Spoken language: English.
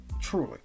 Truly